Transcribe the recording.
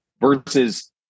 versus